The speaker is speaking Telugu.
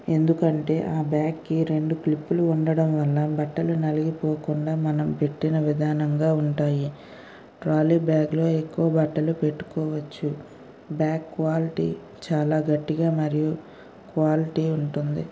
ఎందుకంటే ఆ బ్యాగ్కి రెండు క్లిప్పులు ఉండటం వల్ల బట్టలు నలిగిపోకుండా మనం పెట్టిన విధానంగా ఉంటాయి ట్రాలీ బ్యాగ్లో ఎక్కువ బట్టలు పెట్టుకోవచ్చు బ్యాగ్ క్వాలిటీ చాలా గట్టిగా మరియు క్వాలిటీ ఉంటుంది